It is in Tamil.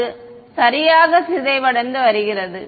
அது சரியாக சிதைந்து வருகிறது